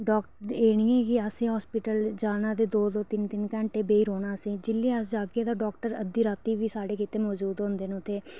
doctor एह् नी ऐ के असें हास्पिटल जाना ते दो दो तिन तिन घैंटे बेही रौह्ना असें जिल्लै अस जाह्गे ते डॉक्टर अद्धी रातीं बी स्हाढ़े गित्तै मौजूद होंदे न ते